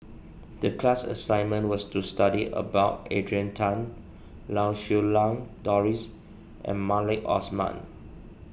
the class assignment was to study about Adrian Tan Lau Siew Lang Doris and Maliki Osman